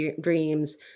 dreams